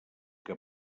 que